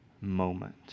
moment